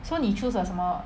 so 你 choose 了什么